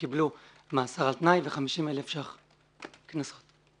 וקיבלו מאסר על תנאי ו-50 אלף שקלים קנסות.